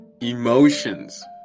emotions